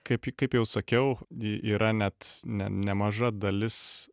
kaip kaip jau sakiau yra net ne nemaža dalis